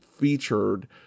featured